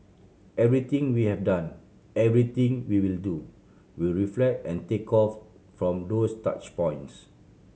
everything we have done everything we will do will reflect and take off from those touch points